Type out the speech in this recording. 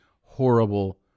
horrible